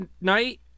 night